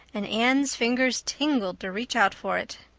and anne's fingers tingled to reach out for it.